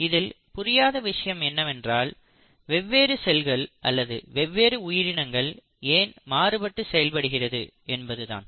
இதில் புரியாத விஷயம் என்னவென்றால் வெவ்வேறு செல்கள் அல்லது வெவ்வேறு உயிரினங்கள் ஏன் மாறுபட்டு செயல்படுகிறது என்பதுதான்